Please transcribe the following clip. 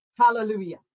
Hallelujah